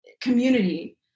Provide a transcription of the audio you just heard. community